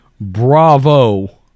Bravo